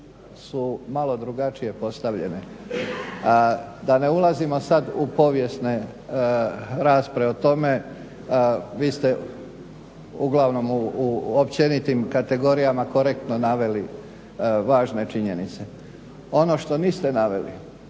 su malo drugačije postavljene. Da ne ulazimo sada u povijesne rasprave o tome. Vi ste uglavnom u općenitim kategorijama korektno naveli važne činjenice. Ono što niste naveli